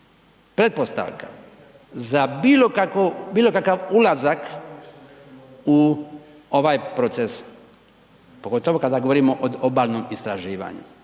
pretpostavka za bilo kakav ulazak u ovaj proces, pogotovo kada govorimo odobalnom istraživanju.